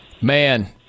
Man